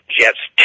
jets